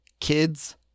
kids